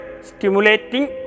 Stimulating